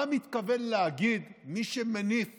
מה מתכוון להגיד מי שמניף